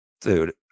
Dude